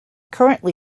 currently